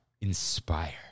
inspire